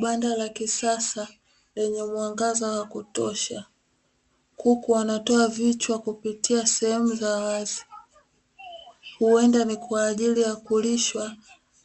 Banda la kisasa lenye mwangaza wa kutosha, kuku wanatoa vichwa kupitia sehemu za wazi, huenda ni kwaajili ya kulishwa